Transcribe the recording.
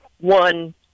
one